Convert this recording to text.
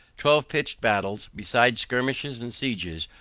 twelve pitched battles, besides skirmishes and sieges,